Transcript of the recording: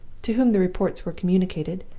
to whom the reports were communicated,